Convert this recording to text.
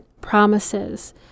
promises